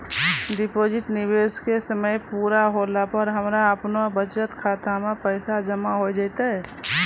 Deposit निवेश के समय पूरा होला पर हमरा आपनौ बचत खाता मे पैसा जमा होय जैतै?